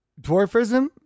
Dwarfism